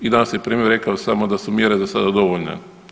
I danas je premijer rekao samo da su mjere za sada dovoljne.